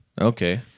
okay